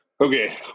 okay